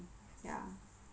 ya